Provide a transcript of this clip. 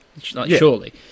Surely